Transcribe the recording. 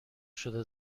شده